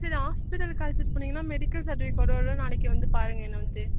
சரி ஹாஸ்பிடலுக்கு அழைச்சிட்டு போனிங்கன்னா மெடிக்கல் சர்டிஃபிகேட்டோட நாளைக்கு வந்து பாருங்கள் என்னை வந்துவிட்டு